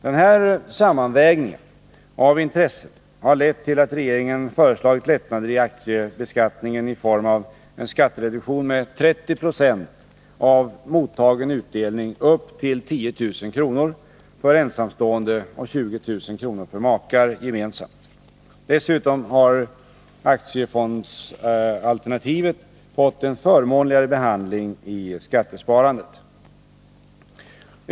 Den här sammanvägningen av intressen har lett till att regeringen föreslagit lättnader i aktiebeskattningen i form av en skattereduktion med 30 20 av mottagen utdelning upp till 10 000 kr. för ensamstående och 20 000 kr. för makar gemensamt. Dessutom har aktiefondsalternativet fått en förmånligare behandling i skattesparandet.